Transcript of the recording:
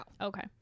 Okay